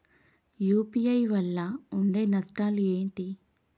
UPI వల్ల ఉండే నష్టాలు ఏంటి??